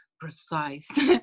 precise